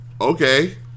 okay